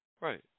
right